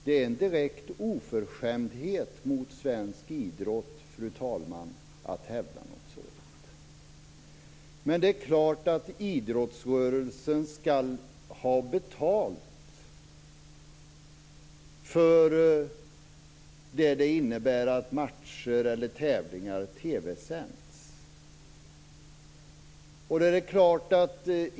Det är en direkt oförskämdhet mot svensk idrott, fru talman, att hävda något sådant. Men det är klart att idrottsrörelsen skall ha betalt för vad det innebär att matcher eller tävlingar sänds i TV.